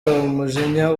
umujinya